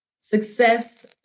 success